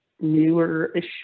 newer-ish